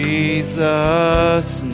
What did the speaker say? Jesus